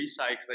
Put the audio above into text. recycling